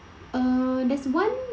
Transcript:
uh that's one